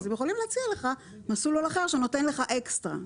אז הם יכולים להציע לך מסלול אחר שנותן לך אקסטרה.